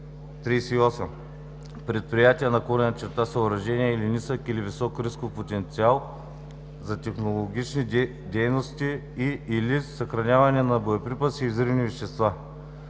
„38. Предприятия/съоръжения с нисък или висок рисков потенциал за технологични дейности и/или съхраняване на боеприпаси и взривни вещества.”